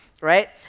right